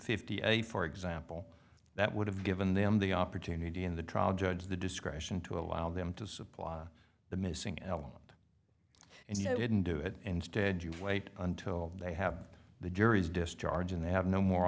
a for example that would have given them the opportunity in the trial judge the discretion to allow them to supply the missing element and yet didn't do it instead you wait until they have the jury's discharge and they have no more